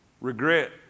Regret